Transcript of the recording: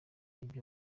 ibyo